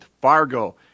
Fargo